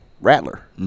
Rattler